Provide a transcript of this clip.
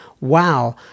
Wow